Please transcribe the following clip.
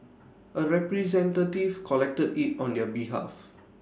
A representative collected IT on their behalf